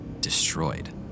destroyed